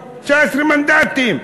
19 מנדטים.